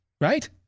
right